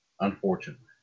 unfortunately